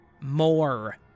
more